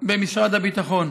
במשרד הביטחון.